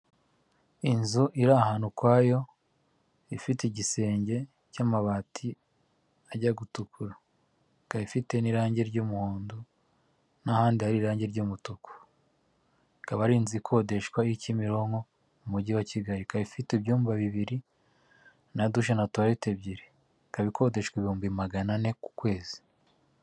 Inzu iri ahantu ukwayo, ifite igisenge cy'amabati ajya gutukura. Ikaba ifite n'irangi ry'umuhondo, n'ahandi hari irangi ry'umutuku. Ikaba ari inzu ikodeshwa Kimironko mu umujyi wa Kigali . Ikaba ifite ibyumba bibiri na douche, na toilete ebyiri. Ikaba ikodeshwa ibihumbi magana ane ku kwezi.